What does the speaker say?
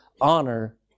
honor